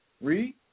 Read